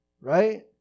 right